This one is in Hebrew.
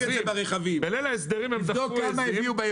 בליל ההסדרים הם דחו את זה.